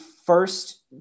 First